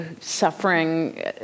suffering